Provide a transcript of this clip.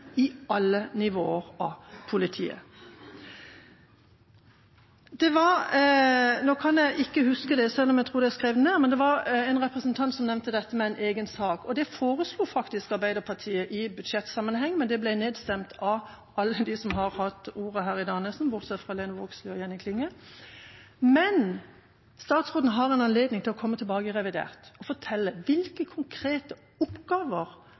alle nivåer av politiet. Nå kan jeg ikke huske, selv om jeg tror jeg skrev det ned, men det var en representant som nevnte dette med en egen sak, og det foreslo faktisk Arbeiderpartiet i budsjettsammenheng, men det ble nedstemt av nesten alle dem som har hatt ordet i her i dag, bortsett fra Lene Vågslid og Jenny Klinge. Men statsråden har anledning til å komme tilbake i revidert og fortelle hvilke konkrete oppgaver